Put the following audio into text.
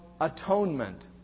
atonement